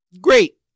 great